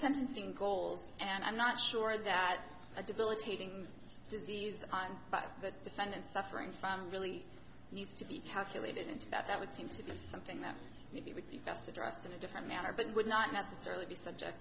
sentencing goals and i'm not sure that a debilitating disease time but the defendant suffering from really needs to be calculated into that that would seem to be something that he would be best addressed in a different manner but would not necessarily be subject